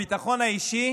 הביטחון האישי